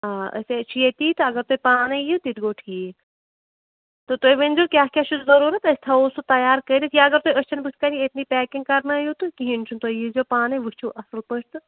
آ أسۍ یے چھِ ییٚتی تہٕ اگر تُہۍ پانٕے یِیِو تِتہِ گوٚو ٹھیٖک تہٕ تُہۍ ؤنۍزیٚو کیٛاہ کیٛاہ چھُ ضروٗرَت أسۍ تھاوَو سُہ تَیار کٔرِتھ یا اگر تُہۍ أچَھن بُتھِ کَنۍ ییٚتہِ نٕے پیکِنٛگ کَرنٲوِو تہٕ کِہیٖنٛۍ چھُنہٕ تُہۍ یٖیزیٚو پانٕے وُچھِو اَصٕل پٲٹھۍ تہٕ